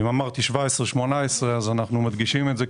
אם אמרתי גילאי 17 18 אז אנחנו מדגישים את זה,